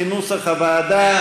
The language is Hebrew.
כנוסח הוועדה,